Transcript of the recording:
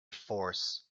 force